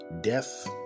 death